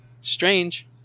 strange